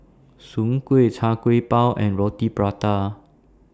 Soon Kueh Char Siew Bao and Roti Prata